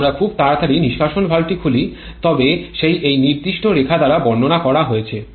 যদি আমরা খুব তাড়াতাড়ি নিষ্কাশন ভালভটি খুলি তবে সেই এই নির্দিষ্ট রেখার দ্বারা বর্ণনা করা হয়েছে